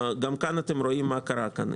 גם כאן אתם רואים מה קרה כאן.